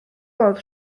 bod